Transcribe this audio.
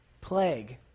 plague